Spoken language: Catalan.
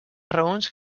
raons